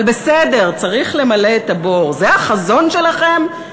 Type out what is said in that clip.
אבל בסדר, צריך למלא את הבור, זה החזון שלכם?